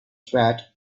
threat